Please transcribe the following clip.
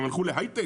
הם ילכו להייטק?